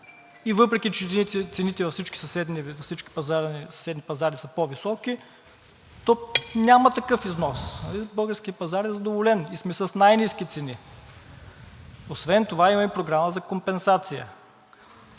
и въпреки че цените във всички съседни пазари са по-високи, то няма такъв износ. Българският пазар е задоволен и сме с най-ниски цени. Освен това имаме и програма за компенсация.